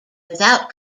without